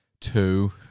two